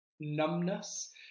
numbness